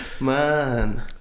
man